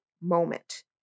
moment